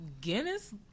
Guinness